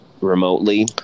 remotely